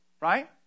right